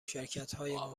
شرکتهایمان